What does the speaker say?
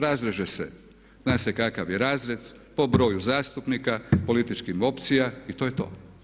Razreže se, zna se kakav je razrez po broju zastupnika, političkih opcija i to je to.